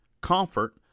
comfort